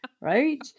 Right